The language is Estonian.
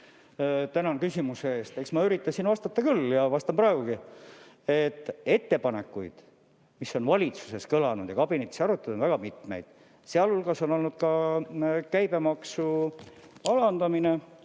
Tänan küsimuse eest! Eks ma üritasin vastata küll ja vastan praegugi. Ettepanekuid, mis on valitsuses kõlanud ja mida on kabinetis arutatud, on väga mitmeid. Sealhulgas on olnud ka käibemaksu alandamine